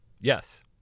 Yes